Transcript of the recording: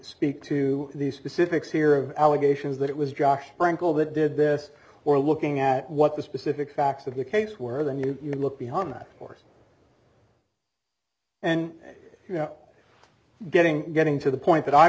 speak to the specifics here of allegations that it was josh frankel that did this or looking at what the specific facts of the case where the new you look behind that course and you know getting getting to the point that